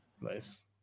Nice